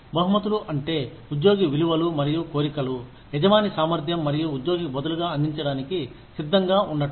బహుమతులు అంటే ఉద్యోగి విలువలు మరియు కోరికలు యజమాని సామర్థ్యం మరియు ఉద్యోగికి బదులుగా అందించడానికి సిద్ధంగా ఉండటం